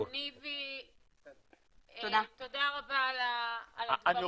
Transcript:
תודה רבה על הדברים.